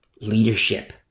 leadership